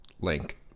link